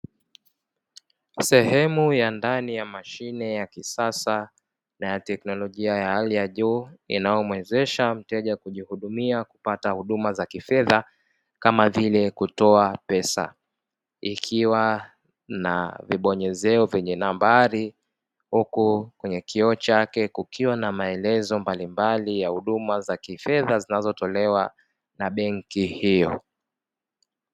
Sehemu ya ndani ya mashine ya kisasa na ya teknolojia ya hali ya juu inayomuwezesha mteja kujihudumia na kupata huduma za kifedha kama vile kutoa pesa, ikiwa na vibonyezeo vyenye nambari huku kwenye kioo chake kukiwa na maelezo mbalimbali ya huduma za kifedha zinazitolewa na benki hiyo.